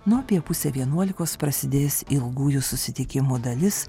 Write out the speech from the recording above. na o apie pusę vienuolikos prasidės ilgųjų susitikimų dalis